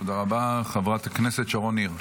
תודה רבה, חברת הכנסת שרון ניר,